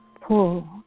pull